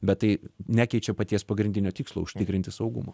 bet tai nekeičia paties pagrindinio tikslo užtikrinti saugumo